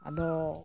ᱟᱫᱚ